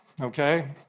okay